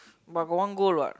but one goal what